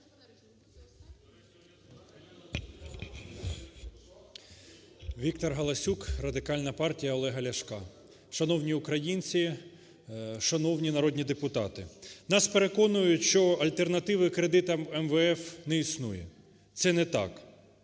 ВікторГаласюк, Радикальна партія Олега Ляшка. Шановні українці! Шановні народні депутати! Нас переконують, що альтернативи кредитам МВФ не існує. Це не так.